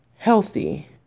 healthy